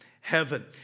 heaven